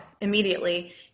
immediately